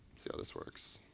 see how this works.